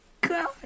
God